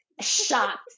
shocked